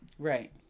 Right